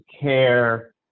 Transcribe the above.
care